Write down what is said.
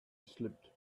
slipped